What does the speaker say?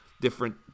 different